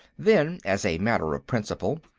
then, as a matter of principle,